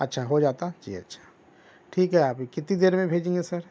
اچھا ہو جاتا جی اچھا ٹھیک ہے آپ کتنی دیر میں بھیجیں گے سر